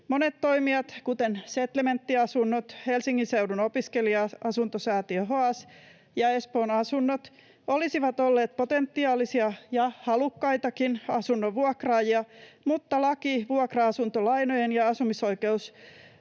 Monet toimijat, kuten Setlementtiasunnot, Helsingin seudun opiskelija-asuntosäätiö HOAS ja Espoon Asunnot, olisivat olleet potentiaalisia ja halukkaitakin asunnon vuokraajia, mutta laki vuokra-asuntolainojen ja asumisoikeustalolainojen